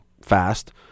fast